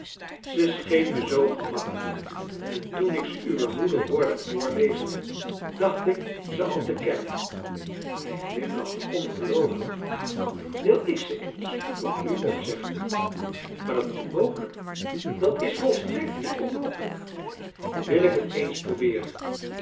ze scheen me zoo gemakkelijk en toen ik ze uwe moeder hoorde voorlezen dacht ik ze al te kennen hij glimlachte ongeloovig wil ik ze eens voor u opzeggen maar dat is onmogelijk dat is volstrekt niet onmogelijk wil ik het eens probeeren